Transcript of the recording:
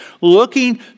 Looking